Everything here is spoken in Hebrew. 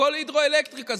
הכול הידרואלקטריקה.